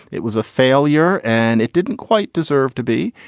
it was a failure and it didn't quite deserve to be.